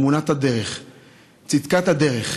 אמונה בצדקת הדרך.